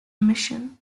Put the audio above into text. mission